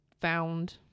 found